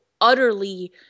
utterly